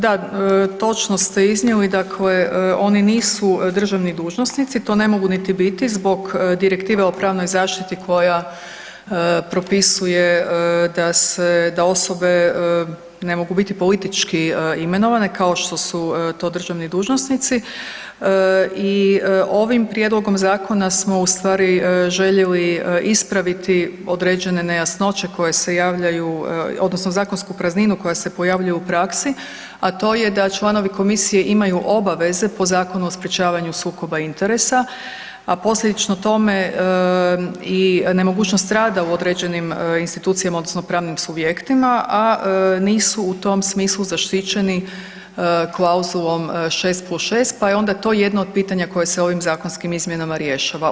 Da, točno ste iznijeli, dakle oni nisu državni dužnosnici, to ne mogu niti biti zbog direktive o pravnoj zaštiti koja propisuje da osobe ne mogu politički imenovane kao što su to državni dužnosnici i ovim prijedlogom zakona smo ustvari željeli ispraviti određene nejasnoće koje se javljaju, odnosno zakonsku prazninu koja se pojavljuje u praksi a to je da članovi komisije imaju obaveze po Zakonu o sprječavanju sukoba interesa a posljedično tome i nemogućnost rada u određenim institucijama odnosno pravnim subjektima a nisu u tom smislu zaštićeni klauzulom 6+6, pa je onda to jedno od pitanja koja se ovim zakonskim izmjenama rješava.